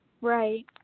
Right